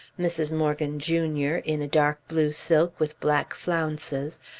mrs. morgan, jr, in dark blue silk with black flounces,